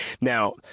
now